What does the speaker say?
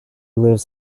lives